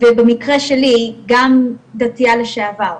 ובמקרה שלי גם דתייה לשעבר,